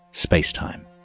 space-time